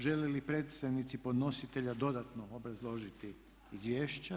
Žele li predstavnici podnositelja dodatno obrazložiti izvješća?